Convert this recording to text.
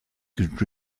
could